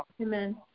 Amen